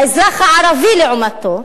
האזרח הערבי לעומתו,